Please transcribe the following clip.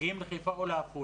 ילדים מגיעים לחיפה או לעפולה.